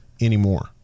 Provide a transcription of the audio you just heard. anymore